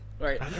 Right